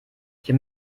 hier